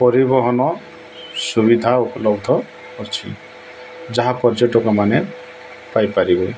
ପରିବହନ ସୁବିଧା ଉପଲବ୍ଧ ଅଛି ଯାହା ପର୍ଯ୍ୟଟକମାନେ ପାଇପାରିବେ